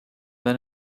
then